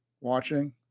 watching